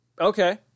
Okay